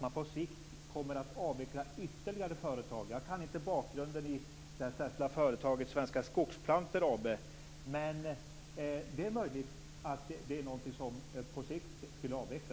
man på sikt kommer att avveckla ytterligare företag. Jag kan inte bakgrunden i det särskilda fallet Svenska Skogsplantor AB, men det är möjligt att det är något som på sikt skulle avvecklas.